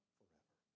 forever